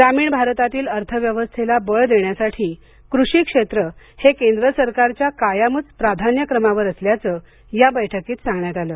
ग्रामीण भारतातील अर्थव्यवस्थेला बळ देण्यासाठी कृषी क्षेत्र हे केंद्र सरकारच्या कायमच प्राधान्यक्रमावर असल्याचं या बैठकीत सांगण्यात आलं